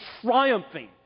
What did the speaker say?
triumphing